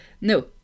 No